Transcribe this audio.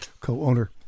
co-owner